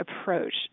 approach